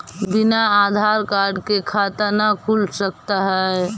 बिना आधार कार्ड के खाता न खुल सकता है?